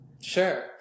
Sure